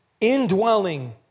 indwelling